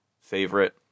favorite